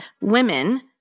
women